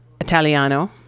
Italiano